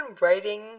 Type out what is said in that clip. writing